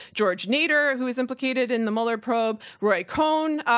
george nader, who was implicated in the mueller probe, roy cohn,